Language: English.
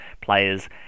players